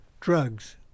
drugs